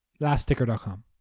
laststicker.com